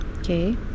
Okay